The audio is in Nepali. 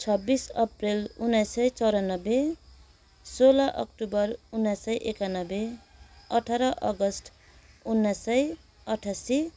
छब्बीस एप्रिल उन्नाइस सय चौरानब्बे सोह्र अक्टोबर उन्नाइस सय एकानब्बे अठार अगस्ट उन्नाइस सय अठसी